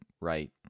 right